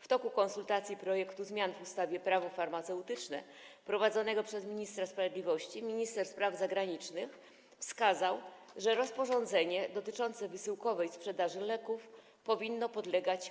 W toku konsultacji projektu zmian w ustawie Prawo farmaceutyczne, prowadzonego przez ministra sprawiedliwości, minister spraw zagranicznych wskazał, że rozporządzenie dotyczące wysyłkowej sprzedaży leków powinno podlegać